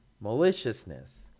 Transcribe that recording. maliciousness